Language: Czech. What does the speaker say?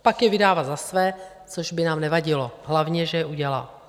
Pak je vydává za své, což by nám nevadilo, hlavně že je udělá.